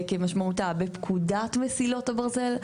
כמשמעותה בפקודת מסילות הברזל,